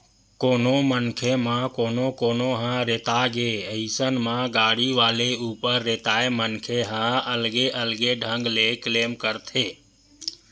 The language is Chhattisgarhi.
कोनो मनखे म कोनो कोनो ह रेता गे अइसन म गाड़ी वाले ऊपर रेताय मनखे ह अलगे अलगे ढंग ले क्लेम करथे